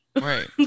right